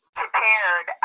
prepared